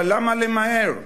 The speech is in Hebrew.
אבל למה למהר?